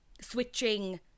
switching